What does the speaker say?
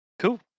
Cool